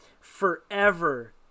forever